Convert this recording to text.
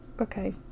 Okay